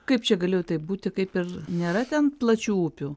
kaip čia galėjo taip būti kaip ir nėra ten plačių upių